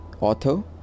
Author